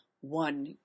one